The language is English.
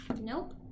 nope